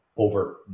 Over